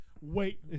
wait